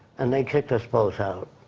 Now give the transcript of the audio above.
and they kicked us both out.